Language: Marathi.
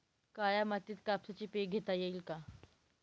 काळ्या मातीत कापसाचे पीक घेता येईल का?